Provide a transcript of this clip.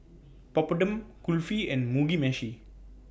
Papadum Kulfi and Mugi Meshi